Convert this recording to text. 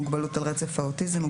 מוגבלות על רצף האוטיזם,